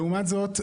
לעומת זאת,